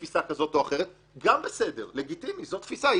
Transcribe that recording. תפיסה כזאת או אחרת, גם בסדר, לגיטימי, זאת תפיסה.